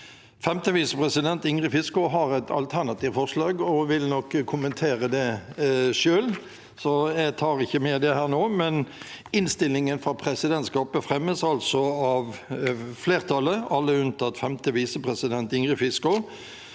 visepresident Ingrid Fiskaa har et alternativt forslag og vil nok kommentere det selv, så jeg tar ikke det med her nå. Men innstillingen fra presidentskapet fremmes altså av flertallet, alle unntatt femte visepresident Ingrid Fiskaa,